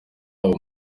wabo